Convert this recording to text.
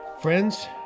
Friends